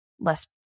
less